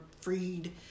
freed